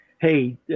hey